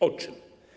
O czym?